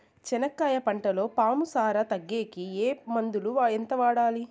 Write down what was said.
చెనక్కాయ పంటలో పాము సార తగ్గేకి ఏ మందులు? ఎంత వాడాలి?